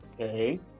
okay